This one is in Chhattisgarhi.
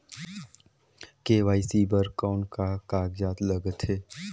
के.वाई.सी बर कौन का कागजात लगथे?